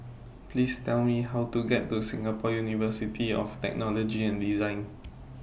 Please Tell Me How to get to Singapore University of Technology and Design